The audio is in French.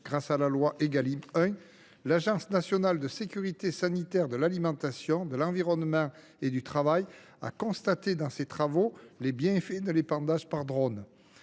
de la loi Égalim 1, l’Agence nationale de sécurité sanitaire de l’alimentation, de l’environnement et du travail a constaté, au gré de ses travaux, les bienfaits de l’épandage par drone.